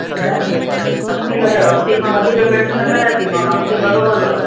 न न असी लगायो असी मां वधीक घटि न करायो थी माव असी बराबरि अथव